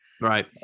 Right